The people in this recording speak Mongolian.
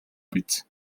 биз